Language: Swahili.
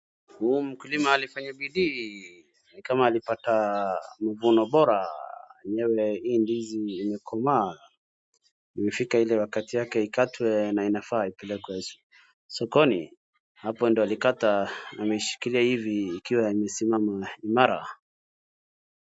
Huu mkulima alifanya bidii ni kama alipata mavuno bora. Enyewe hii ndizi imekomaa, imefika ile wakati yake ikatwe na inafaa ipelekwe sokoni. Hapo ndiyo alikata ameshikilia hivi ikiwa imesimama imara.